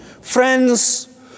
Friends